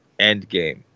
Endgame